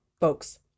folks